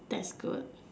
that's good